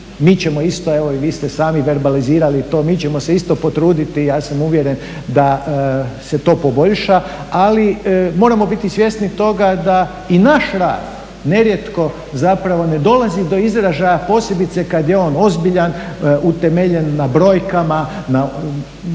mi ćemo isto evo i vi ste sami verbalizirati to, mi ćemo se isto potruditi ja sam uvjeren da se to poboljša. Ali moramo biti svjesni toga da i naš rad nerijetko ne dolazi do izražaja posebice kada je on ozbiljan, utemeljen na brojkama, na